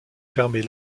permet